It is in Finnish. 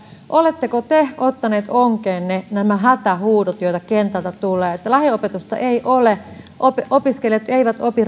oletteko te ottaneet onkeenne nämä hätähuudot joita kentältä tulee lähiopetusta ei ole opiskelijat eivät opi